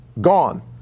Gone